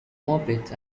orbits